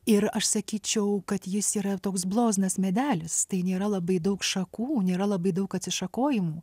ir aš sakyčiau kad jis yra toks bloznas medelis tai nėra labai daug šakų nėra labai daug atsišakojimų